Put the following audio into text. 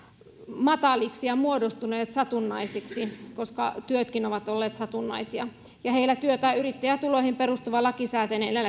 mataliksi ja muodostuneet satunnaisiksi koska työtkin ovat olleet satunnaisia heillä työ tai yrittäjätuloihin perustuva lakisääteinen